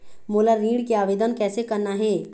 मोला ऋण के आवेदन कैसे करना हे?